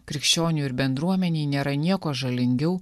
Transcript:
krikščioniui ir bendruomenei nėra nieko žalingiau